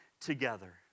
together